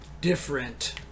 different